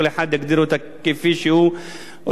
כל אחד יגדיר אותה כפי שהוא רוצה.